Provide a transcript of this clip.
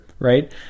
Right